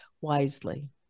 wisely